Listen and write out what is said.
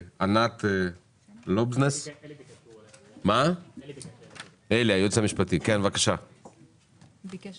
ונתון לשיקול דעתה של מועצת